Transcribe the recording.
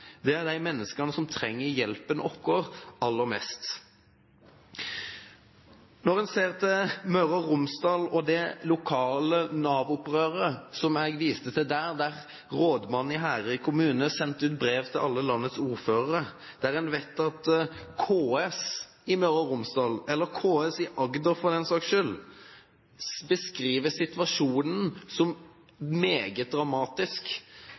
er de menneskene som trenger hjelpen vår aller mest. En kan se til Møre og Romsdal og det lokale Nav-opprøret som jeg viste til der, der rådmannen i Herøy kommune sendte ut brev til alle landets ordførere, og en vet at KS i Møre og Romsdal, eller KS i Agder for den saks skyld, beskriver situasjonen som meget dramatisk.